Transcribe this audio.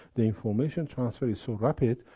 the information transfer is so rapid,